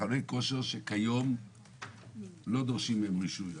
מכוני הכושר שכיום לא דורשים מהם רישוי.